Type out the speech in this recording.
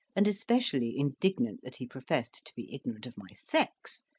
and especially indignant that he professed to be ignorant of my sex,